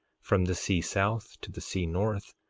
from the sea south to the sea north,